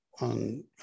On